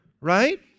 right